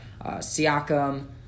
Siakam